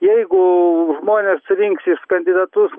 jeigu žmonės rinksis kandidatus